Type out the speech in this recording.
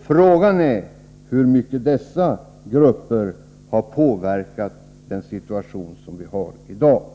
Frågan är hur mycket dessa grupper har påverkat den situation som vi har i dag.